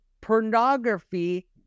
pornography